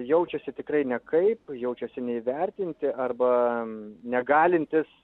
jaučiasi tikrai nekaip jaučiasi neįvertinti arba negalintys